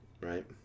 Right